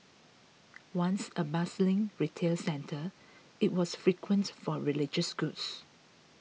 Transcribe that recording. once a bustling retail centre it was frequented for religious goods